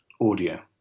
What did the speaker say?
audio